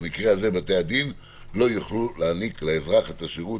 במקרה זה: בתי הדין לא יוכלו להעניק לאזרח את השירות